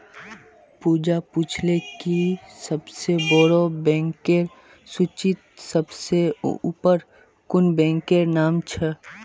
पूजा पूछले कि सबसे बोड़ो बैंकेर सूचीत सबसे ऊपर कुं बैंकेर नाम छे